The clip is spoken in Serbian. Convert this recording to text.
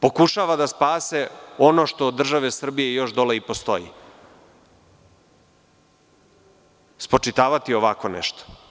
pokušava da spase ono što od države Srbije još dole postoji, spočitavati ovako nešto.